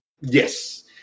Yes